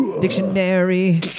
dictionary